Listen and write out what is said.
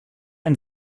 ein